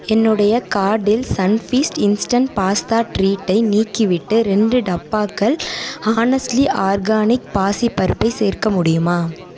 என்னுடைய கார்ட்டில் Sunfeast instant pasta ட்ரீட்டை நீக்கிவிட்டு ரெண்டு டப்பாக்கள் ஹானெஸ்ட்லி ஆர்கானிக் பாசிப் பருப்பை சேர்க்க முடியுமா